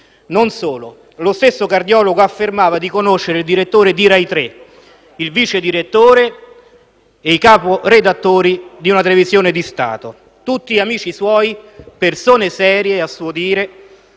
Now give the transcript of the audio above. Non solo; lo stesso cardiologo affermava di conoscere il direttore di Rai 3, il vicedirettore e i caporedattori di una televisione di Stato. Erano tutti gli amici suoi e persone serie, a suo dire,